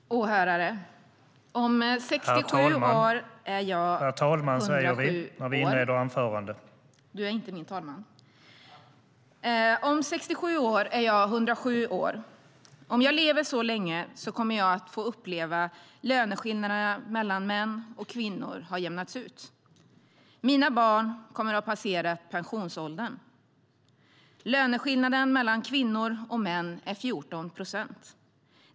Åhörare! Du är inte min talman. Löneskillnaden mellan kvinnor och män är 14 procent.